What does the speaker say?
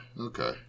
Okay